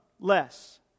less